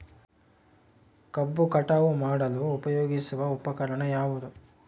ಕಬ್ಬು ಕಟಾವು ಮಾಡಲು ಉಪಯೋಗಿಸುವ ಉಪಕರಣ ಯಾವುದು?